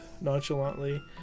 nonchalantly